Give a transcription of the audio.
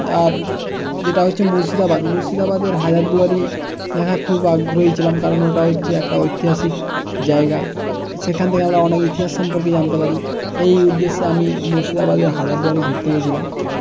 আর যেটা হচ্ছে মুর্শিদাবাদ মুর্শিদাবাদের হাজারদুয়ারী দেখার খুব আগ্রহী ছিলাম কারণ ওটা হচ্ছে একটা ঐতিহাসিক জায়গা সেখান থেকে আমরা অনেক ইতিহাস সম্পর্কে জানতে পারি এই উদ্দেশ্যে আমি মুর্শিদাবাদের হাজারদুয়ারী ঘুরতে গেছিলাম